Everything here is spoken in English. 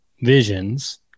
visions